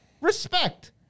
respect